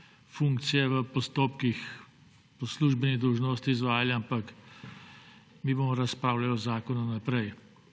funkcije v postopkih po službeni dolžnosti izvajali, ampak mi bomo razpravljali o zakonu naprej.